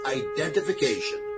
identification